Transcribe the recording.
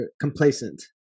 complacent